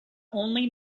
only